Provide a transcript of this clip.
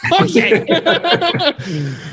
okay